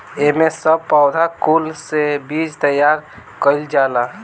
एमे सब पौधा कुल से बीज तैयार कइल जाला